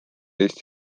eesti